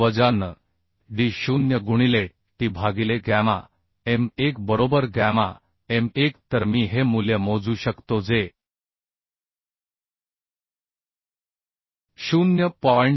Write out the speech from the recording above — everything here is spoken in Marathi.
b वजा n d0 गुणिले t भागिले गॅमा m1 बरोबर गॅमा m1 तर मी हे मूल्य मोजू शकतो जे 0